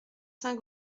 saint